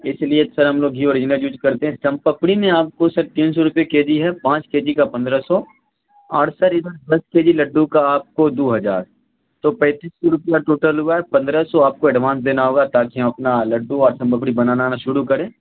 اس لیے سر ہم لوگ گھی اوریجنل یوج کرتے ہیں سون پاپڑی میں آپ کو سر تین سو روپئے کے جی ہے پانچ کے جی کا پندرہ سو اور سر ادھر دس کے جی لڈو کا آپ کو دو ہزار تو پینتس سو روپیہ ٹوٹل ہوا ہے پندرہ سو آپ کا ایڈوانس دینا ہوگا تاکہ ہم اپنا لڈو اور سون پپاڑی بنانا آنا شروع کریں